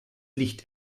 licht